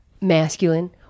masculine